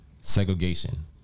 Segregation